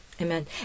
Amen